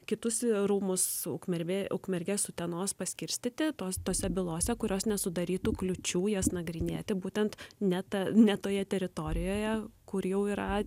kitus rūmus su ukmergė ukmergės utenos paskirstyti tos tose bylose kurios nesudarytų kliūčių jas nagrinėti būtent ne ta ne toje teritorijoje kur jau yra